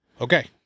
Okay